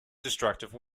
destructive